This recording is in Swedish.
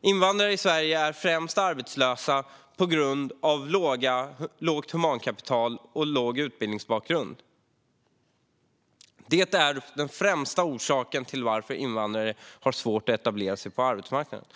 Invandrare i Sverige är arbetslösa främst på grund av lågt humankapital och svag utbildningsbakgrund. Detta är den främsta orsaken till att invandrare har svårt att etablera sig på arbetsmarknaden.